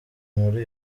muri